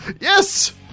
Yes